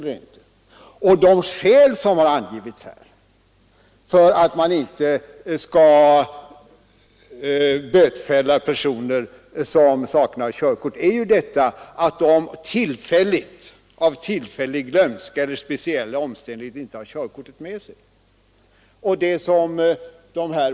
De skäl som här har angivits för att man inte skall bötfälla personer som inte har körkortet med sig är att det är fråga om tillfällig glömska eller speciella omständigheter.